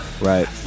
Right